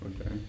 Okay